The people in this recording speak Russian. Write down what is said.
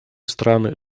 страны